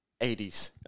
80s